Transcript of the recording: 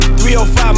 305